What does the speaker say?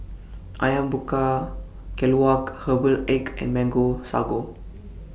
Ayam Buah Keluak Herbal Egg and Mango Sago